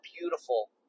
beautiful